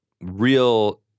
real